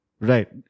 Right